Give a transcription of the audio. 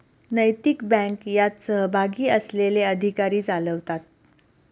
नैतिक बँक यात सहभागी असलेले अधिकारी चालवतात